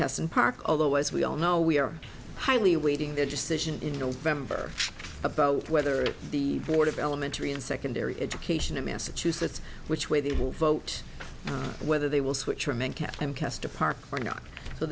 kasim park although as we all know we are highly awaiting the decision in november about whether the board of elementary and secondary education in massachusetts which way they will vote whether they will switch from